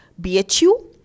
BHU